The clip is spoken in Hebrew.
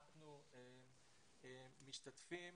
אנחנו משתתפים.